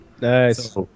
Nice